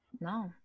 No